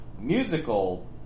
musical